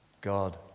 God